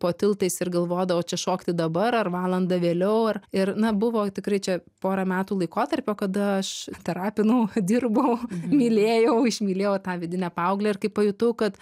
po tiltais ir galvodavo čia šokti dabar ar valanda vėliau ar ir na buvo tikrai čia porą metų laikotarpio kada aš terapinau dirbau mylėjau išmylėjau tą vidinę paauglę ir kai pajutau kad